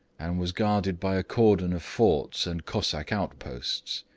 and was guarded by a cordon of forts and cossack outposts.